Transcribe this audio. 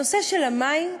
הנושא של המים,